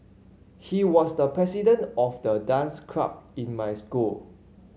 he was the president of the dance club in my school